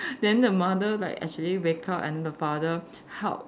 then the mother like actually wake up and the father help